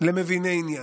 למביני עניין.